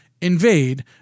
invade